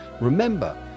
remember